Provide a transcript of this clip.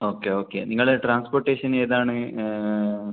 okay okay നിങ്ങൾ transportation ഏതാണ്